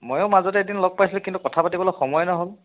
ময়ো মাজতে এদিন লগ পাইছিলো কিন্তু কথা পাতিবলৈ সময় নহ'ল